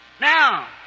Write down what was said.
Now